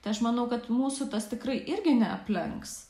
tai aš manau kad mūsų tas tikrai irgi neaplenks